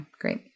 Great